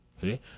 See